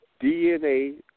DNA